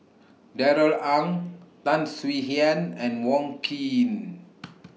Darrell Ang Tan Swie Hian and Wong Keen